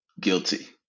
guilty